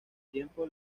tiempo